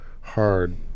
hard